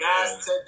guys